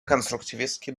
конструктивистский